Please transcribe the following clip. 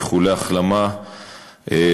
איחולי החלמה לפצועים.